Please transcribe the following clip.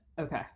Okay